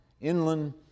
inland